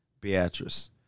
Beatrice